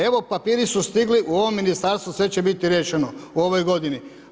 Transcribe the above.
Evo papiri su stigli u ovo ministarstvo, sve će biti riješeno u ovoj godini.